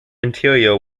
interior